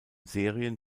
serien